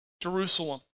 Jerusalem